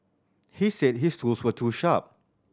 he said his tools were too sharp